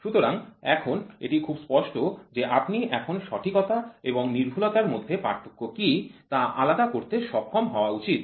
সুতরাং এখন এটি খুব স্পষ্ট যে আপনি এখন সঠিকতা এবং সূক্ষ্মতা র মধ্যে পার্থক্য কী তা আলাদা করতে সক্ষম হওয়া উচিত